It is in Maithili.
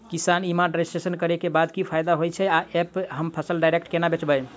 किसान ई मार्ट रजिस्ट्रेशन करै केँ बाद की फायदा होइ छै आ ऐप हम फसल डायरेक्ट केना बेचब?